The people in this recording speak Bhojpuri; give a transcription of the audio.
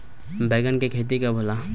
बैंगन के खेती कब होला?